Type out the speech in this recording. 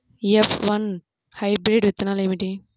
F one hybrid విత్తనాలు ఏమిటి?